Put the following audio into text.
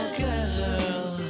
girl